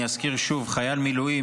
אני אזכיר שוב: חייל מילואים,